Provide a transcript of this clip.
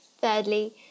Thirdly